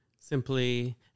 simply